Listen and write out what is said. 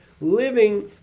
living